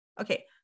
okay